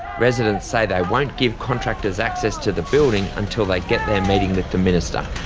residents say they won't give contractors access to the building until they get their meeting with the minister.